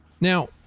Now